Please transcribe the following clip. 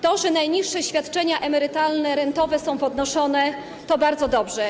To, że najniższe świadczenia emerytalno-rentowe są podnoszone, to bardzo dobrze.